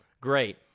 great